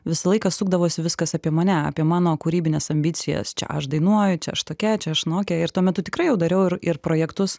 visą laiką sukdavosi viskas apie mane apie mano kūrybines ambicijas čia aš dainuoju čia aš tokia čia aš anokia ir tuo metu tikrai jau dariau ir ir projektus